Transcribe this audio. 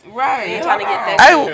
right